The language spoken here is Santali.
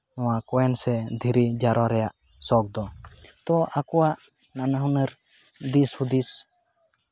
ᱱᱚᱣᱟ ᱠᱚᱭᱮᱱ ᱥᱮ ᱫᱷᱤᱨᱤ ᱡᱟᱣᱨᱟ ᱨᱮᱭᱟᱜ ᱥᱚᱠᱷ ᱫᱚ ᱛᱚ ᱟᱠᱚᱣᱟᱜ ᱱᱟᱱᱟ ᱦᱩᱱᱟᱹᱨ ᱫᱤᱥ ᱦᱩᱸᱫᱤᱥ